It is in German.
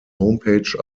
homepage